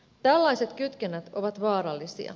tällaiset kytkennät ovat vaarallisia